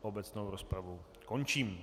Obecnou rozpravu končím.